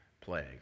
plague